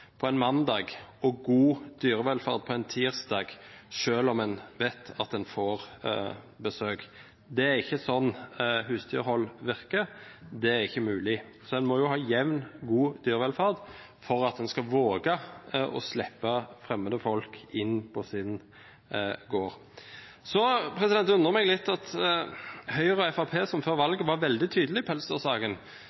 på en mandag og god dyrevelferd på en tirsdag, selv om en vet at en får besøk. Det er ikke sånn husdyrhold virker, det er ikke mulig. En må ha jevn, god dyrevelferd for at en skal våge å slippe fremmede folk inn på sin gård. Så undrer det meg litt at Høyre og Fremskrittspartiet som før valget var veldig tydelige i